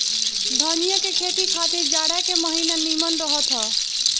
धनिया के खेती खातिर जाड़ा के महिना निमन रहत हअ